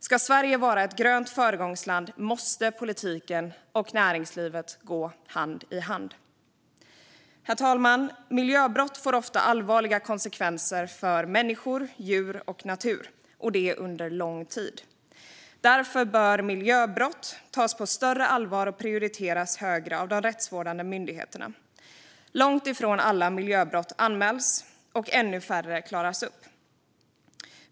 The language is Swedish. Ska Sverige vara ett grönt föregångsland måste politiken och näringslivet gå hand i hand. Herr talman! Miljöbrott får ofta allvarliga konsekvenser för människor, djur och natur, och det under lång tid. Därför bör miljöbrott tas på större allvar och prioriteras högre av de rättsvårdande myndigheterna. Långt ifrån alla miljöbrott anmäls, och ännu färre klaras upp.